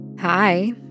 Hi